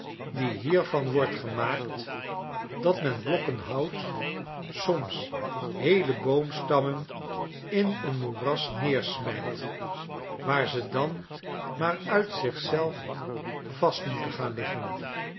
die hiervan wordt gemaakt dat men blokken hout soms heele boomstammen in een moeras neersmijt waar ze dan maar uit zich zelf vast moeten gaan liggen